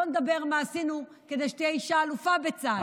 לא נדבר מה עשינו כדי שתהיה אישה אלופה בצה"ל.